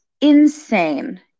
insane